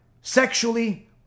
sexually